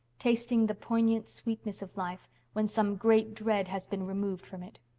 tasting the poignant sweetness of life when some great dread has been removed from it.